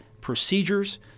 procedures